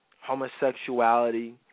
homosexuality